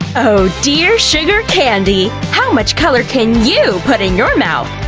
oh, dear sugar candy! how much color can you put in your mouth?